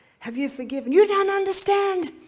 have you forgiven? you don't understand,